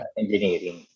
engineering